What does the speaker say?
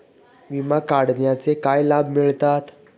विमा काढण्याचे काय लाभ मिळतात?